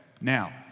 Now